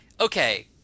okay